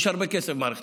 יש הרבה כסף במערכת